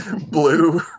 blue